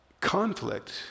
conflict